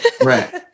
Right